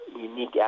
unique